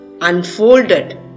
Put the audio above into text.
unfolded